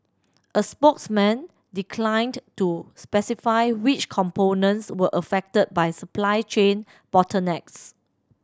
a spokesman declined to specify which components were affected by supply chain bottlenecks